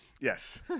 Yes